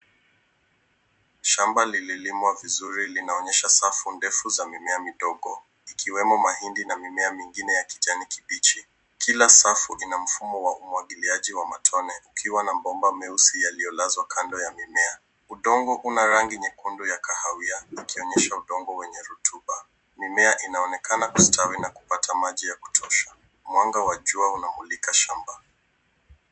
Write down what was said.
Shamba lililimwa vizuri linaonyesha safu ndefu za mimea midogo, ikiwemo mahindi na mimea mingine ya kijani kibichi. Kila safu ina mfumo wa umwagiliaji wa matone ukiwa na mabomba meusi yaliyolazwa kando ya mimea. Udongo una rangi nyekundu ya kahawia ukionyesha udongo wenye rutuba. Mimea inaonekana kustawi na kupata maji ya kutosha. Mwanga wa jua unamulika shamba.